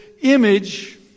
image